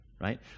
right